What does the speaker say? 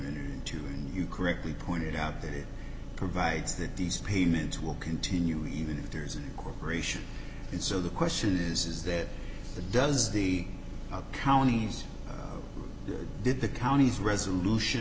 need to and you correctly pointed out that it provides that these payments will continue even if there's a corporation and so the question is is that the does the counties did the counties resolution